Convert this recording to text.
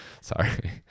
Sorry